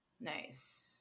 Nice